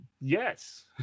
yes